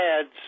ads